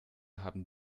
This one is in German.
haben